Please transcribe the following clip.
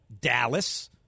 Dallas